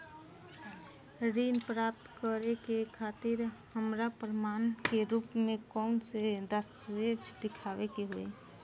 ऋण प्राप्त करे के खातिर हमरा प्रमाण के रूप में कउन से दस्तावेज़ दिखावे के होइ?